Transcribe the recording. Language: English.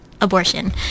abortion